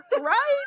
right